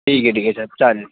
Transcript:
ठीक आहे ठीक आहे साहेब चालेल